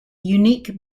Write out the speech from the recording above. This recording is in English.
unique